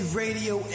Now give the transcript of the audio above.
radio